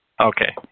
Okay